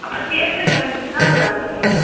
அப்புறம் சேப்பங்கிழங்கு இருந்தால் அது ஒரு அஞ்சு கிலோண்ணா